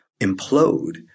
implode